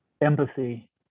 empathy